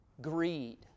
Greed